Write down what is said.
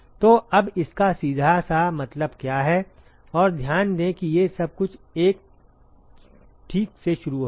तो अब इसका सीधा सा मतलब क्या है और ध्यान दें कि ये सब कुछ 1 ठीक से शुरू होता है